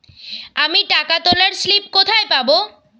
আমি টাকা তোলার স্লিপ কোথায় পাবো?